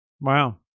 Wow